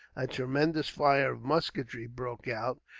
a tremendous fire of musketry broke out,